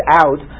out